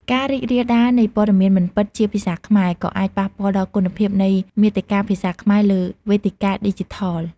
ការរីករាលដាលនៃព័ត៌មានមិនពិតជាភាសាខ្មែរ ក៏អាចប៉ះពាល់ដល់គុណភាពនៃមាតិកាភាសាខ្មែរលើវេទិកាឌីជីថល។